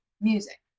music